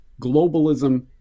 globalism